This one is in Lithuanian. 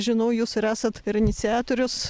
žinau jūs ir esat ir iniciatorius